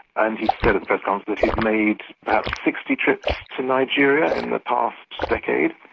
and he said at the press conference that he'd made perhaps sixty trips to nigeria in the past decade.